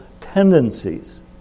tendencies